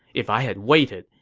if i had waited,